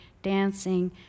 dancing